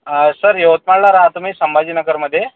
sir यवतमाळला राहतो मी संभाजीनगरमध्ये